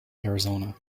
arizona